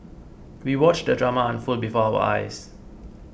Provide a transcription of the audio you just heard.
we watched the drama unfold before our eyes